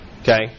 Okay